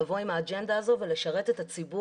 לבוא עם האג'נדה הזאת ולשרת את הציבור